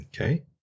Okay